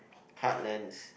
heartlands